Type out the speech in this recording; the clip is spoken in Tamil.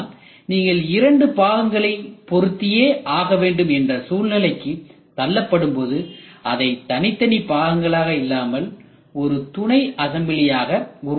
ஆனால் நீங்கள் இரண்டு பாகங்களை பொருத்திய ஆகவேண்டும் என்ற சூழ்நிலைக்கு தள்ளப்படும் போது அதை தனித்தனி பாகங்களாக இல்லாமல் ஒரு துணைஅசம்பிளியாக உருவாக்கலாம்